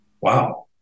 wow